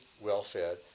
well-fed